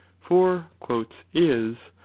for is,